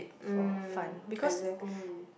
mm exactly